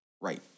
Right